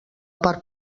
part